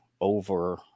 over